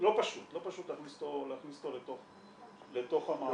--- לא פשוט להכניס אותו לתוך המערכת.